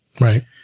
Right